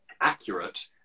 accurate